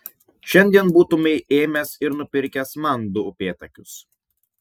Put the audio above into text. šiandien būtumei ėmęs ir nupirkęs man du upėtakius